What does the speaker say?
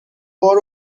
بار